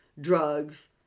drugs